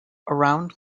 around